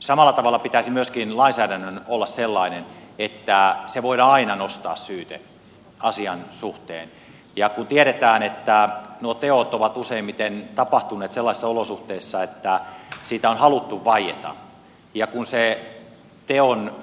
samalla tavalla pitäisi myöskin lainsäädännön olla sellainen että voidaan aina nostaa syyte asian suhteen ja kun tiedetään että nuo teot ovat useimmiten tapahtuneet sellaisissa olosuhteissa että niistä on haluttu vaieta ja kun se teon